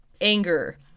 anger